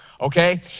okay